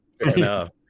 enough